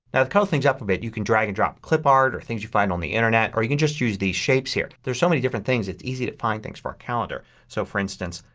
color things up a bit you can drag and drop clipart or things you find on the internet or you can just use these shapes here. there's so many different things it's easy to find things for a calendar. so, for instance,